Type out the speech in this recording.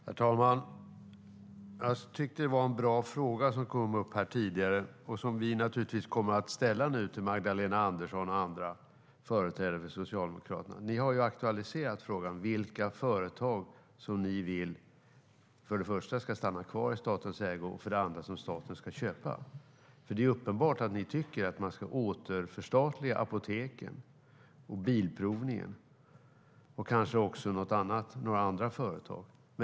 Herr talman! Det var en bra fråga som kom upp här tidigare och som vi naturligtvis kommer att ställa till Magdalena Andersson och andra företrädare för Socialdemokraterna. Ni har aktualiserat frågan. Vilka företag vill ni för det första ska stanna kvar i statens ägo och för det andra att staten ska köpa? Det är uppenbart att ni tycker att man ska återförstatliga apoteken och bilprovningen och kanske också några andra företag.